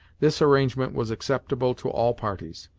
this arrangement was acceptable to all parties.